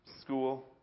school